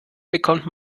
bekommt